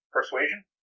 Persuasion